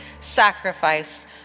sacrifice